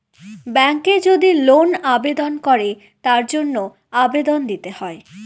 ব্যাঙ্কে যদি লোন আবেদন করে তার জন্য আবেদন দিতে হয়